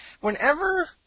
Whenever